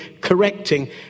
correcting